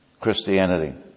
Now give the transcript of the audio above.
Christianity